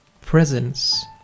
presence